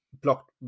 blocked